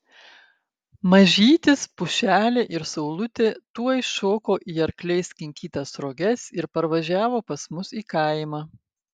mažytis pušelė ir saulutė tuoj šoko į arkliais kinkytas roges ir parvažiavo pas mus į kaimą